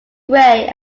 grey